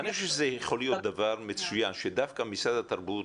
אני חושב שזה יכול להיות דבר מצוין שדווקא משרד התרבות